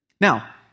Now